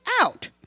out